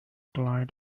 client